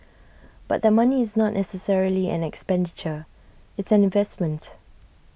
but that money is not necessarily an expenditure it's an investment